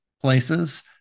places